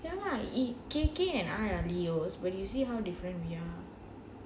ya lah if K_K and I are leos but you see how different we are